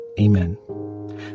Amen